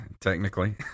technically